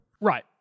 Right